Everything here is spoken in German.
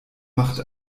machte